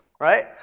right